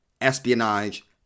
espionage